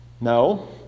No